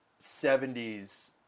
70s